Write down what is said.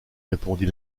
répondit